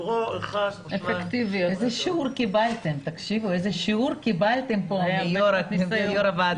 איזה שיעור קיבלתם פה מיושב-ראש הוועדה.